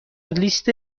لیست